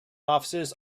offices